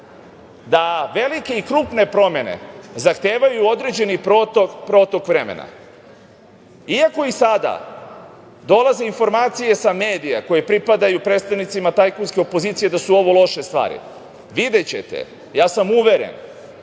da veliki i krupne promene zahtevaju određeni protok vremena. Iako i sada dolaze informacije sa medija koje pripadaju predstavnicima tajkunske opozicije da su ovo loše stvari. Videćete, ja sam uveren